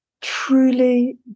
truly